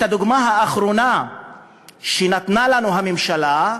הדוגמה האחרונה שנתנה לנו הממשלה,